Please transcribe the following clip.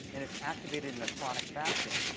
and it's activated in a chronic fashion.